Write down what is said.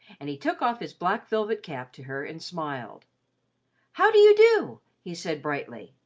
and he took off his black velvet cap to her and smiled how do you do? he said brightly.